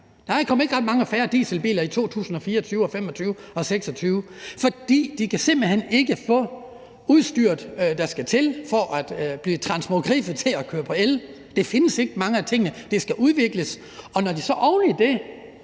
Der kommer ikke ret mange færre dieselbiler i 2024, 2025 og 2026, for de kan simpelt hen ikke få det udstyr, der skal til for at blive transmogriffet til at køre på el. Mange af tingene findes ikke; de skal udvikles. Og hvis de så skulle være